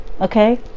Okay